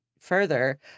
further